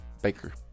Baker